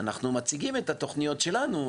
אנחנו מציגים את התוכניות שלנו.